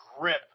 grip